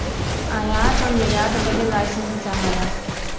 आयात आउर निर्यात बदे लाइसेंस चाहला